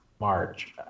March